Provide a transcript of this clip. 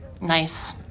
Nice